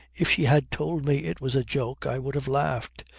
if she had told me it was a joke i would have laughed.